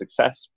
success